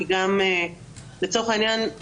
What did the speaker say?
כי לצורך העניין,